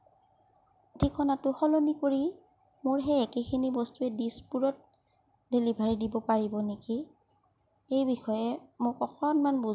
ঠিকনাটো সলনি কৰি মোৰ সেই একেখিনি বস্তুয়েই দিছপুৰত ডেলিভাৰী দিব পাৰিব নেকি এই বিষয়ে মোক অকণমান বুজাই কওঁকচোন